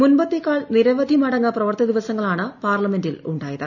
മുൻപത്തേക്കാൾ നിരവധി മടങ്ങ് പ്രവർത്തി ദിവസങ്ങൾ ആണ് പാർലമെന്റിൽ ഉണ്ടായത്